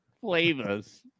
Flavors